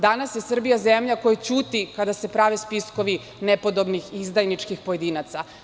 Danas je Srbija zemlja koja ćuti kada se prave spiskovi nepodobnih, izdajničkih pojedinaca.